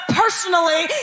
personally